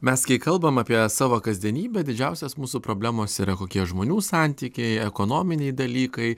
mes kai kalbam apie savo kasdienybę didžiausios mūsų problemos yra kokie žmonių santykiai ekonominiai dalykai